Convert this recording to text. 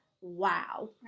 wow